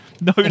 No